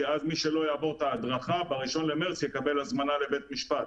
כי אז מי שלא יעבור את ההדרכה ב-1 במרץ יקבל הזמנה לבית משפט.